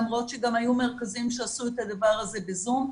למרות שגם היו מרכזים שעשו את הדבר הזה בזום,